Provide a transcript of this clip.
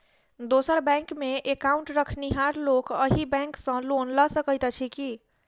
दोसर बैंकमे एकाउन्ट रखनिहार लोक अहि बैंक सँ लोन लऽ सकैत अछि की?